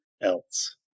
else